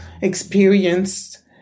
experienced